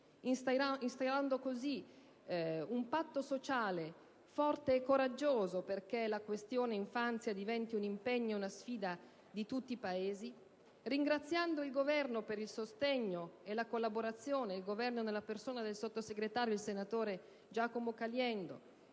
instaurando così un patto sociale forte e coraggioso, perché la questione infanzia diventi un impegno e una sfida di tutti i Paesi, ringrazio innanzitutto per il sostegno e la collaborazione il Governo - nella persona del sottosegretario Caliendo